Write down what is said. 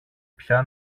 πια